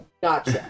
Gotcha